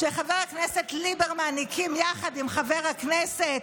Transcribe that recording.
שחבר הכנסת ליברמן הקים יחד עם חבר הכנסת,